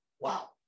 wow